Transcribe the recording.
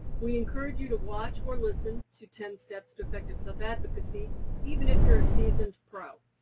we encourage you to watch or listen to ten steps to effective self advocacy even if you're a seasoned pro.